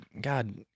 God